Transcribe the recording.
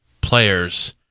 players